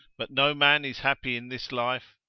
but no man is happy in this life,